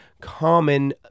common